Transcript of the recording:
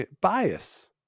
bias